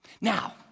Now